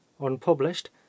unpublished